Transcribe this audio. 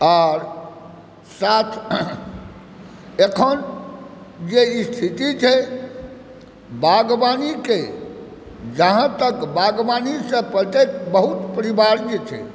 आर साथ अखन जे स्थिति छै बागवानीके जहाँ तक बागवानीसंँ परिचित बहुत परिवार जे छै